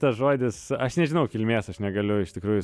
tas žodis aš nežinau kilmės aš negaliu iš tikrųjų